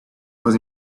was